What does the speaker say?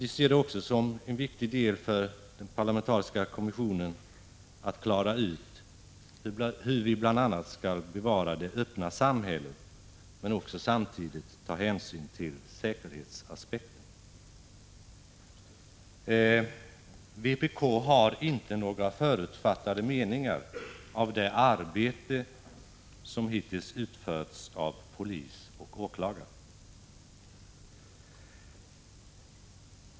Vi ser det som en viktig del för den parlamentariska kommissionen att klara ut bl.a. hur vi skall bevara det öppna samhället och samtidigt ta hänsyn till säkerhetsaspekten. Vpk har inte några förutfattade meningar om det arbete som hittills utförts av polis och åklagare.